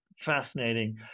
fascinating